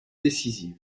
décisive